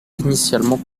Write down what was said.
initialement